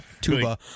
Tuba